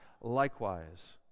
likewise